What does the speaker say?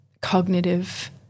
cognitive